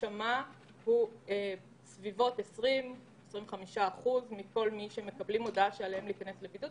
הוא בסביבות 20%,25% מכל מי שקיבל הודעה שעליו להיכנס לבידוד.